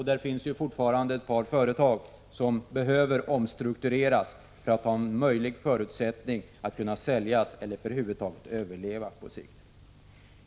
Det finns fortfarande ett par företag som behöver omstruktureras för att ha förutsättningar att kunna säljas eller över huvud taget överleva på sikt.